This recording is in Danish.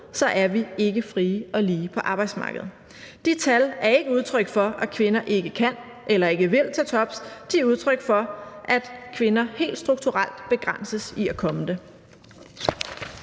så er vi ikke frie og lige på arbejdsmarkedet. De tal er ikke udtryk for, at kvinder ikke kan eller ikke vil til tops; de er udtryk for, at kvinder helt strukturelt begrænses i at komme det.